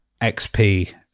XP